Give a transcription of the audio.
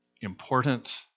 important